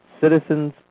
citizens